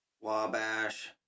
Wabash